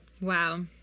wow